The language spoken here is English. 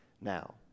now